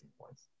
points